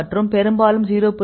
9 மற்றும் பெரும்பாலும் 0